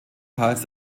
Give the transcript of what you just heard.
teils